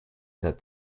that